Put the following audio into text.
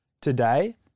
Today